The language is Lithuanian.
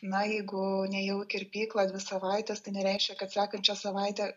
na jeigu nėjau į kirpyklą dvi savaites tai nereiškia kad sekančią savaitę